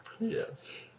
Yes